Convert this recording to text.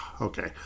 okay